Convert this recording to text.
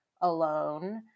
alone